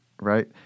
right